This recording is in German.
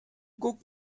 guck